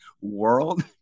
world